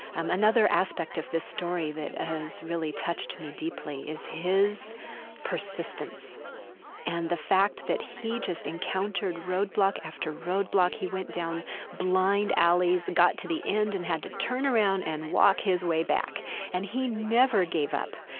another aspect of this story that has really touched me deeply is his persistence and the fact that he just encountered roadblock after roadblock. he went down blind alleys, got to the end and had to turn around and walk his way back and he never never gave up.